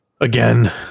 Again